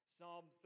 Psalm